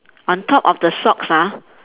on top of the socks ah